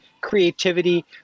creativity